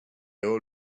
all